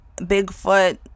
Bigfoot